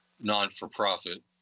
non-for-profit